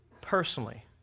personally